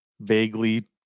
vaguely